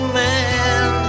man